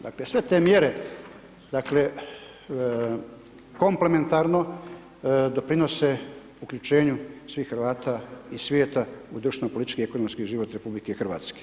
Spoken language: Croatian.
Dakle sve te mjere, dakle komplementarno doprinose uključenju svih Hrvata iz svijeta u društveno politički i ekonomski život RH.